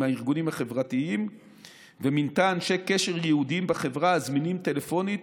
הארגונים החברתיים ומינתה אנשי קשר ייעודיים בחברה הזמינים טלפונית